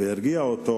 והרגיע אותו